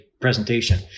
presentation